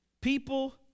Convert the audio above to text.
people